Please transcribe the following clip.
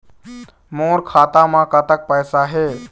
मोर खाता म कतक पैसा हे?